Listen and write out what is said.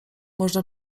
można